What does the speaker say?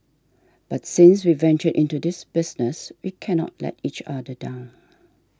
but since we ventured into this business we cannot let each other down